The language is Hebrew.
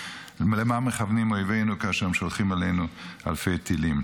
ולמה מכוונים אויבינו כאשר הם שולחים אלינו אלפי טילים.